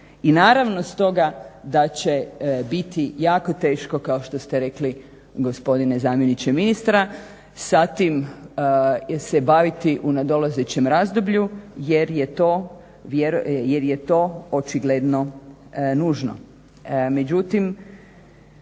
I naravno stoga da će biti jako teško kao što ste rekli gospodine zamjeniče ministra sa tim se baviti u nadolazećem razdoblju jer je to očigledno nužno.